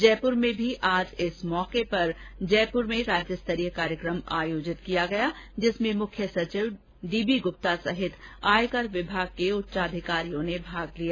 जयपुर में भी आज इस मौके पर राज्यस्तरीय कार्यकम आयोजित किया गया जिसमें मुख्य सचिव डी बी गुप्ता सहित आयकर विभाग के उच्च अधिकारियों ने भाग लिया